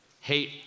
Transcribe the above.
hate